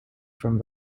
from